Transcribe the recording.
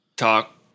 Talk